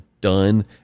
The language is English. done